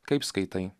kaip skaitai